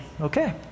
okay